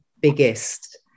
biggest